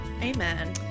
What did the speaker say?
Amen